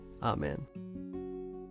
Amen